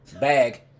Bag